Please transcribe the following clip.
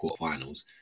quarterfinals